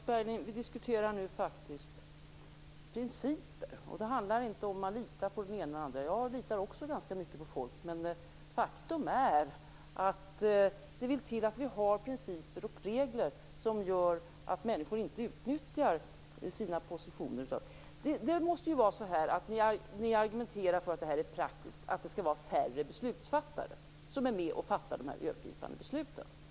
Herr talman! Vi diskuterar nu faktiskt principer, Mats Berglind, och då handlar det inte om att lita på den ena eller andra. Jag litar också ganska mycket på folk, men faktum är att det vill till att vi har principer och regler som gör att människor inte utnyttjar sina positioner. Ni argumenterar för att det är praktiskt och att det skall vara färre beslutsfattare som fattar de övergripande besluten.